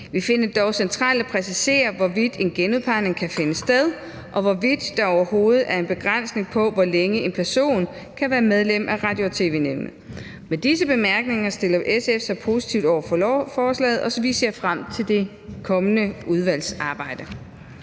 Vi finder det dog centralt at præcisere, hvorvidt en genudpegning kan finde sted, og hvorvidt der overhovedet er en begrænsning på, hvor længe en person kan være medlem af Radio- og tv-nævnet. Med disse bemærkninger stiller SF sig positivt over for lovforslaget, og vi ser frem til det kommende udvalgsarbejde.